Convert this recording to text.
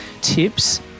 tips